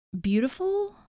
beautiful